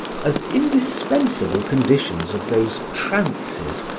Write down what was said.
as indispensable conditions of those trances,